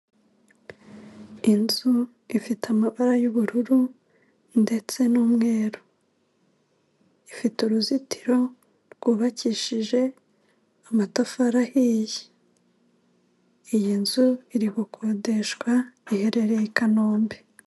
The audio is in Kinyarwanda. Inzu ifite amabara y'ubururu ndetse n'umweru, ifite uruzitiro rwubakishije amatafari ahiye, iyi nzu iri gukodeshwa iherereye i Kanombe.